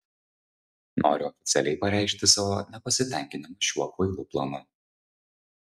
noriu oficialiai pareikšti savo nepasitenkinimą šiuo kvailu planu